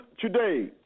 today